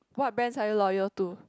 what brands are you loyal to